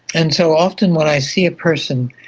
and so often when i see a person,